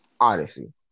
Odyssey